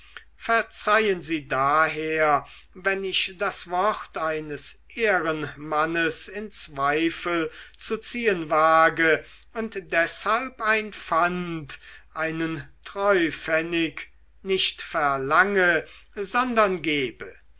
verzeihen sie daher wenn ich das wort eines ehrenmannes in zweifel zu ziehen wage und deshalb ein pfand einen treupfennig nicht verlange sondern gebe